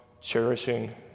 cherishing